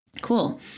Cool